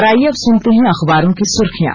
और आइये अब सुनते हैं अखबारों की सुर्खियां